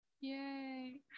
Yay